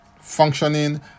functioning